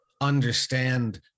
understand